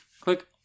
Click